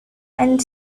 and